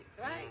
right